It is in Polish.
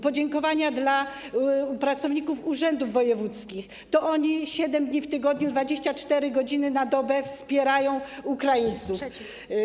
Podziękowania dla pracowników urzędów wojewódzkich, to oni 7 dni w tygodniu 24 godziny na dobę wspierają Ukraińców.